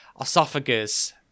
esophagus